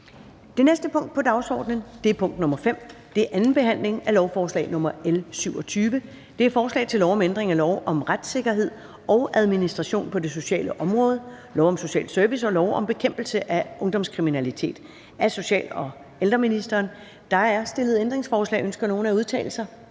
Det næste punkt på dagsordenen er: 5) 2. behandling af lovforslag nr. L 27: Forslag til lov om ændring af lov om retssikkerhed og administration på det sociale område, lov om social service og lov om bekæmpelse af ungdomskriminalitet. (Forenkling og præcisering af regler om finansiering, mellemkommunal refusion